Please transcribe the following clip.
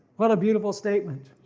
what a beautiful statement.